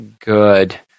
good